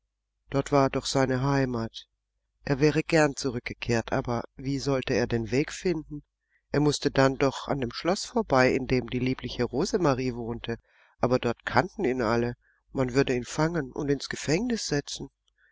dort war doch seine heimat er wäre gern zurückgekehrt aber wie sollte er den weg finden er mußte dann doch an dem schloß vorbei in dem die liebliche rosemarie wohnte aber dort kannten ihn alle man würde ihn fangen und ins gefängnis setzen